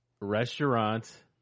restaurant